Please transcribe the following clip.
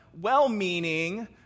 well-meaning